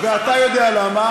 ואתה יודע למה.